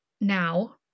now